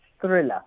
thriller